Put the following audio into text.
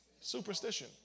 Superstition